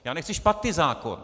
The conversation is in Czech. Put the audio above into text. Já nechci špatný zákon.